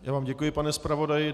Já vám děkuji, pane zpravodaji.